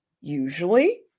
Usually